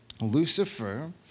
Lucifer